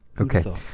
Okay